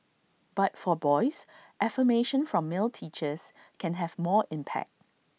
but for boys affirmation from male teachers can have more impact